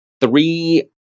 three